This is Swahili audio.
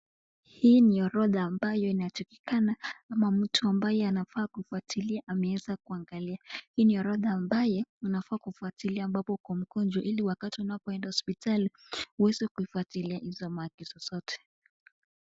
Hii ni orodha ambayo inatakikana ama mtu ambaye anafaa kufuatilia ameweza kuangalia. Hii ni orodha ambaye unafaa kufuatilia ambapo uko mgonjwa ili unapoenda hospitali uweze kuifuatilia hizo maagizo zote.